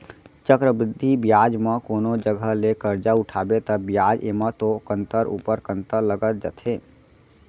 चक्रबृद्धि बियाज म कोनो जघा ले करजा उठाबे ता बियाज एमा तो कंतर ऊपर कंतर लगत जाथे